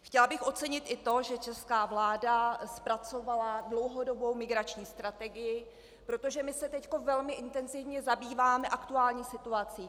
Chtěla bych ocenit i to, že česká vláda zpracovala dlouhodobou migrační strategii, protože my se teď velmi intenzivně zabýváme aktuální situací.